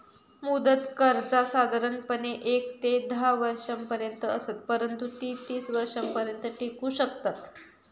मुदत कर्जा साधारणपणे येक ते धा वर्षांपर्यंत असत, परंतु ती तीस वर्षांपर्यंत टिकू शकतत